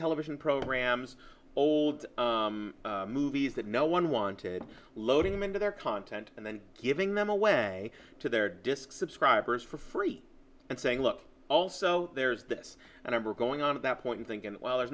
television programs old movies that no one wanted loading them into their content and then giving them away to their disc subscribers for free and saying look also there's this and i were going on at that point thinking well there's